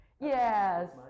Yes